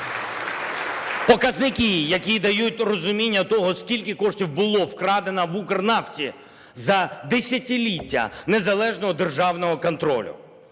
Показники, які дають розуміння того, скільки коштів було вкрадено в Укрнафті за десятиліття незалежного державного контролю.